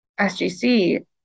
SGC